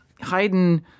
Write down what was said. Haydn